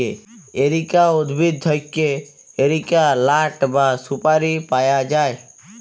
areca উদ্ভিদ থেক্যে areca লাট বা সুপারি পায়া যায়